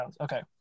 okay